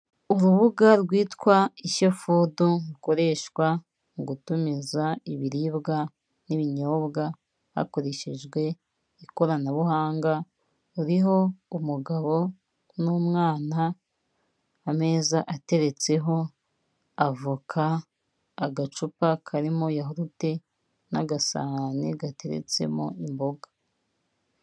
Urubuga rwitwa inshyo fudu rukoreshwa mu gutumiza ibiribwa n'ibinyobwa hakoreshejwe ikoranabuhanga, ruriho umugabo n'umwana, ameza ateretseho avoka, agacupa karimo yahurute, n'agasahani gateretsemo imboga.